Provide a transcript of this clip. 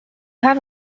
have